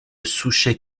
souchet